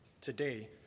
Today